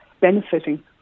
benefiting